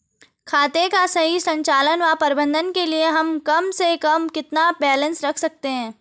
खाते का सही संचालन व प्रबंधन के लिए हम कम से कम कितना बैलेंस रख सकते हैं?